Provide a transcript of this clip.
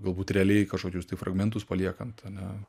galbūt realiai kažkokius tai fragmentus paliekant ane